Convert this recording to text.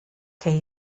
che